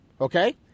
Okay